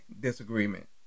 disagreement